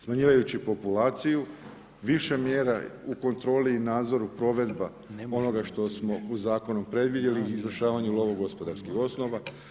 Smanjujući populaciju više mjera u kontroli i nadzoru provedbi onoga što smo u Zakonu predvidjeli izvršavanju lovongospodarskih osnova.